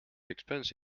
expensive